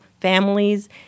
families